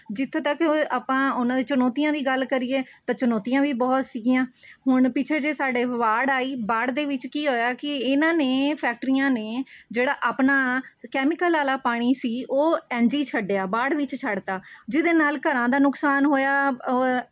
ਜਿੱਥੋਂ ਤੱਕ ਹੋਏ ਆਪਾਂ ਉਹਨਾਂ ਦੀ ਚੁਣੌਤੀਆਂ ਦੀ ਗੱਲ ਕਰੀਏ ਤਾਂ ਚੁਣੌਤੀਆਂ ਵੀ ਬਹੁਤ ਸੀਗੀਆਂ ਹੁਣ ਪਿੱਛੇ ਜਿਹੇ ਸਾਡੇ ਵਾੜ ਆਈ ਵਾੜ ਦੇ ਵਿੱਚ ਕੀ ਹੋਇਆ ਕਿ ਇਹਨਾਂ ਨੇ ਫੈਕਟਰੀਆਂ ਨੇ ਜਿਹੜਾ ਆਪਣਾ ਕੈਮੀਕਲ ਵਾਲਾ ਪਾਣੀ ਸੀ ਉਹ ਇੰਝ ਹੀ ਛੱਡਿਆ ਵਾੜ ਵਿੱਚ ਛੱਡਤਾ ਜਿਹਦੇ ਨਾਲ ਘਰਾਂ ਦਾ ਨੁਕਸਾਨ ਹੋਇਆ